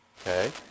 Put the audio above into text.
Okay